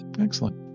Excellent